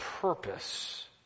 purpose